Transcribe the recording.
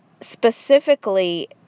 specifically